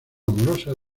amorosa